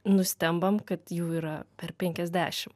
nustembam kad jų yra per penkiasdešimt